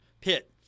Pitt